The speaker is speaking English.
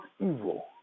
evil